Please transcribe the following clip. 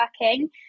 working